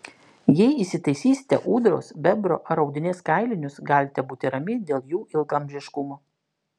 jei įsitaisysite ūdros bebro ar audinės kailinius galite būti rami dėl jų ilgaamžiškumo